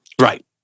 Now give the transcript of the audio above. Right